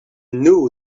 knew